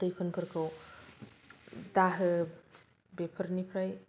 दैफोनफोरखौ दाहो बेफोरनिफ्राय